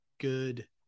good